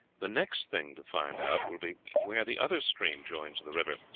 the next thing to find out will be where the other stream joins the river,